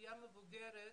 שהאוכלוסייה המבוגרת